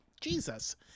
Jesus